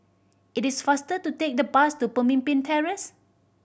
it is faster to take the bus to Pemimpin Terrace